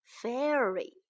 Fairy